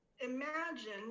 imagine